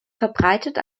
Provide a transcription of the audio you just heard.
verbreitet